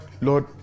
Lord